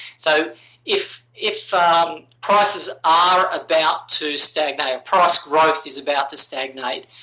so if if ah um prices are about to stagnate, price growth is about to stagnate.